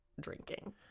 drinking